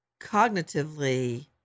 cognitively